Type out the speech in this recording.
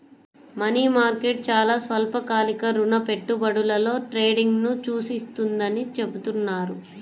money market చాలా స్వల్పకాలిక రుణ పెట్టుబడులలో ట్రేడింగ్ను సూచిస్తుందని చెబుతున్నారు